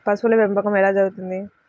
పశువుల పెంపకం ఎలా జరుగుతుంది?